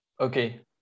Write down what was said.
Okay